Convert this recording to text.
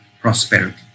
prosperity